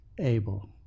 able